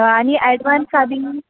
आणि ॲडव्हान्स आधी